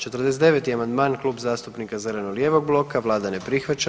49. amandman Klub zastupnika zeleno-lijevog bloka, Vlada ne prihvaća.